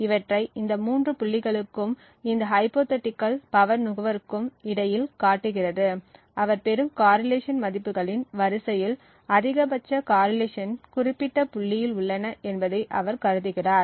இவற்றை இந்த மூன்று புள்ளிகளுக்கும் இந்த ஹைப்போதீட்டிகள் பவர்நுகர்வுக்கும் இடையில் காட்டுகிறது அவர் பெறும் காரிலேஷன் மதிப்புகளின் வரிசையில் அதிகபட்ச காரிலேஷன் குறிப்பிட்ட புள்ளியில் உள்ளன என்பதை அவர் கருதுகிறார்